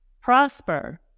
prosper